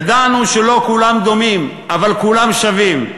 ידענו שלא כולם דומים, אבל כולם שווים.